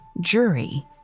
jury